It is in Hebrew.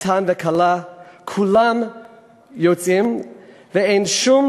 חתן וכלה, כולם יוצאים, ואין שום